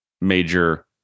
major